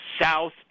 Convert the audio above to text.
south